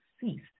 ceased